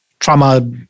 Trauma